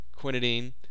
quinidine